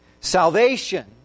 Salvation